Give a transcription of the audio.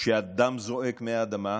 הדם זועק מהאדמה,